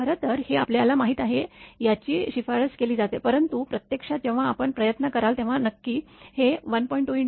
खरं तर हे आपल्याला माहित आहे याची शिफारस केली जाते परंतु प्रत्यक्षात जेव्हा आपण प्रयत्न कराल तेव्हा नक्की हे 1